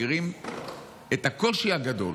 מכירים את הקושי הגדול